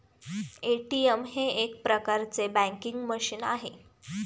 ATM हे एक प्रकारचे बँकिंग मशीन आहे